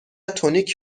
تونیک